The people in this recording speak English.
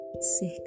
sick